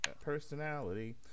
Personality